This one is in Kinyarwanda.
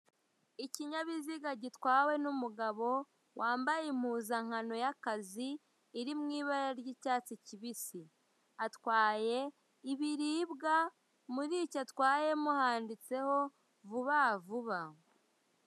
Ikinyabiziga gitwawe n'umugabo wambaye impuzankano y'akazi iri mu ibara ry'icyatsi kibisi atwaye ibiribwa, muri icyo atwayemo handitseho Vuba Vuba.